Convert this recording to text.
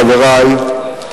חברי,